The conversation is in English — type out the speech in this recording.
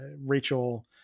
rachel